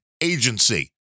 agency